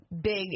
big